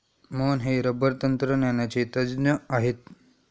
मोहन हे रबर तंत्रज्ञानाचे तज्ज्ञ आहेत